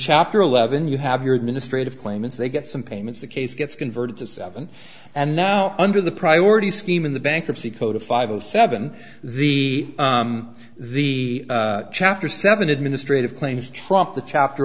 chapter eleven you have your administrative claimants they get some payments the case gets converted to seven and now under the priority scheme in the bankruptcy code of five of seven the the chapter seven administrative claims trump the chapter